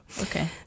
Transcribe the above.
Okay